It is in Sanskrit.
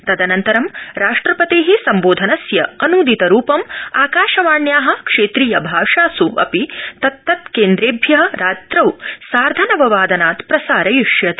तदनन्तरं राष्ट्रपते संबोधनस्य अनदितरूपं आकाशवाण्या क्षेत्रीय भाषास अपि तत्रत्केन्द्रेभ्य रात्रौ सार्धनव वादनात् प्रसारयिष्यते